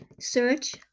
search